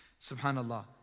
subhanallah